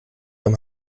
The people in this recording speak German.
wenn